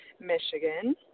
Michigan